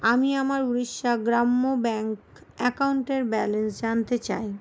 আমি আমার উড়িষ্যা গ্রাম্য ব্যাংক অ্যাকাউন্টের ব্যালেন্স জানতে চাই